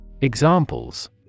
Examples